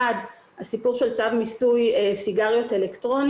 האחת, הסיפור של צו מיסוי סיגריות אלקטרוניות.